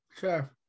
Sure